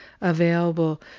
available